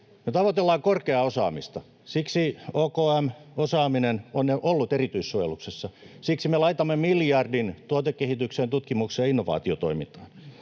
Me tavoitellaan korkeaa osaamista: siksi OKM ja osaaminen ovat olleet erityissuojeluksessa, siksi me laitamme miljardin tuotekehitykseen, tutkimukseen ja innovaatiotoimintaan.